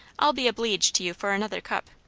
i'll be obleeged to you for another cup.